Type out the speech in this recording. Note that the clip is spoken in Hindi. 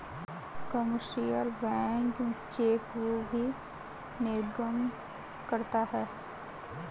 कमर्शियल बैंक चेकबुक भी निर्गम करता है